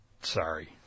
sorry